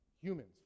humans